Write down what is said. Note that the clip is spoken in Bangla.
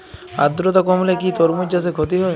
আদ্রর্তা কমলে কি তরমুজ চাষে ক্ষতি হয়?